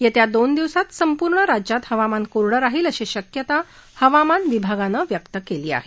येत्या दोन दिवसांत संपूर्ण राज्यात हवामान कोरडं राहील अशी शक्यता हवामान विभागानं व्यक्त केली आहे